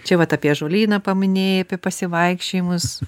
čia vat apie ąžuolyną paminėjai apie pasivaikščiojimus